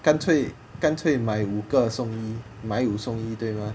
干脆干脆买五个送一送五送一对吗